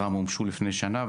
מתוכם עשרה מומשו לפני שנה,